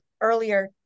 earlier